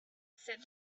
said